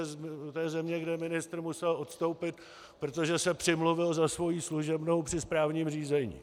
To je země, kdy ministr musel odstoupit, protože se přimluvil za svoji služebnou při správním řízení.